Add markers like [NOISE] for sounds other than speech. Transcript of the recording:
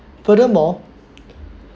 furthermore [NOISE]